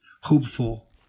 Hopeful